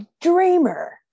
Dreamer